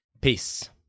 Peace